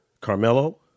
Carmelo